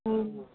అవును